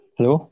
Hello